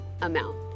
amount